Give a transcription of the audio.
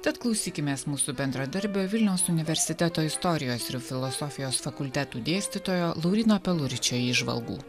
tad klausykimės mūsų bendradarbio vilniaus universiteto istorijos ir filosofijos fakultetų dėstytojo lauryno peluričio įžvalgų